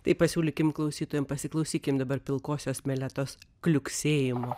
tai pasiūlykim klausytojam pasiklausykim dabar pilkosios meletos kliuksėjimo